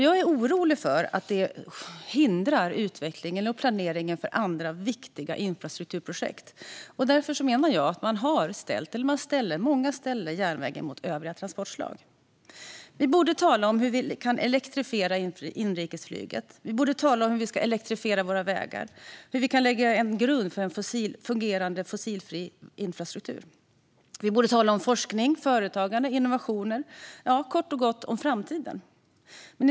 Jag är orolig för att det hindrar utvecklingen och planeringen för andra viktiga infrastrukturprojekt. Därför menar jag att många ställer järnvägen mot övriga transportslag. Vi borde tala om hur vi kan elektrifiera inrikesflyget. Vi borde tala om hur vi ska elektrifiera våra vägar. Vi borde tala om hur vi kan lägga en grund för en fungerande fossilfri infrastruktur. Vi borde tala om forskning, företagande och innovationer - kort och gott om framtiden.